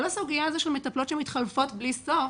כל הסוגיה של מטפלות שמתחלפות בלי סוף,